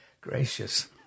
Gracious